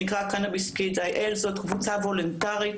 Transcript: שנקרא קנביס קידס IL. זאת קבוצה וולונטרית,